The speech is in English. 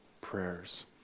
prayers